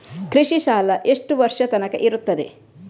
ಕೃಷಿ ಸಾಲ ಎಷ್ಟು ವರ್ಷ ತನಕ ಇರುತ್ತದೆ?